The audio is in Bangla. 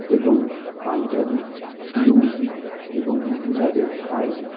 এবং পাঞ্জাবি লুঙ্গি এবং মহিলাদের শাড়ি